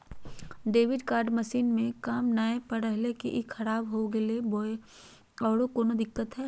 Debit card machine में काम नाय कर रहले है, का ई खराब हो गेलै है बोया औरों कोनो दिक्कत है?